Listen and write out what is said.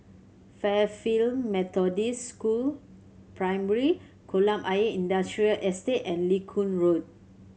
Fairfield Methodist School Primary Kolam Ayer Industrial Estate and Lincoln Road